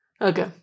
Okay